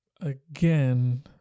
again